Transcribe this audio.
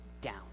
down